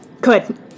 good